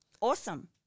Awesome